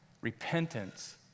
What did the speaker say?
repentance